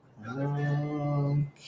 Okay